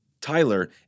Tyler